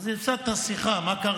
אז הפסדת שיחה, מה קרה?